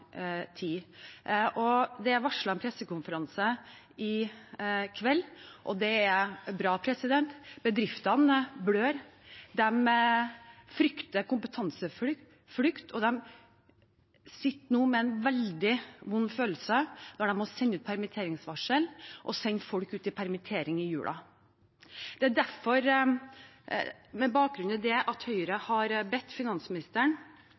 tid. Det er varslet pressekonferanse i kveld, og det er bra. Bedriftene blør, de frykter kompetanseflukt, og de sitter nå med en veldig vond følelse når de må sende ut permitteringsvarsel og sende folk ut i permittering i julen. Det er med bakgrunn i det at Høyre har bedt finansministeren